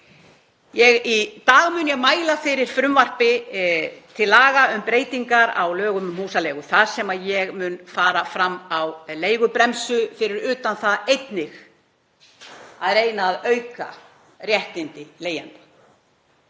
dag. Í dag mun ég mæla fyrir frumvarpi til laga um breytingar á lögum um húsaleigu þar sem ég mun fara fram á leigubremsu auk þess að reyna að auka réttindi leigjenda.